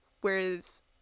Whereas